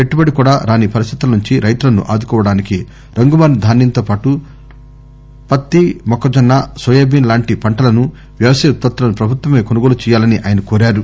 పెట్టుబడి కూడా రాని పరిస్దితుల నుంచి రైతులను ఆదుకోవడానికి రంగు మారిన ధాన్యంతో పాటు ప్రత్తి మొక్కజొన్న నోయాబీన్ లాంటి పంటలను వ్యవసాయ ఉత్పత్తులను ప్రభుత్వమే కొనుగోలు చేయాలని ఆయన కోరారు